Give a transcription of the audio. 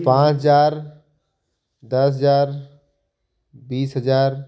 पाँच हज़ार दस हज़ार बीस हज़ार